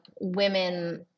women